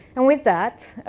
and with that,